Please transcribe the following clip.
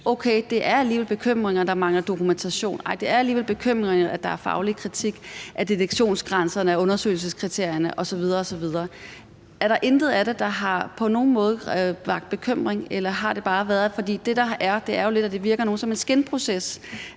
okay, det er alligevel bekymrende, at der mangler dokumentation, og nej, det er alligevel bekymrende, at der er faglig kritik af detektionsgraden sådan af undersøgelseskriterierne osv. osv.? Er der intet af det, der på nogen måde har vakt bekymring? For det, der er, virker lidt som en skueproces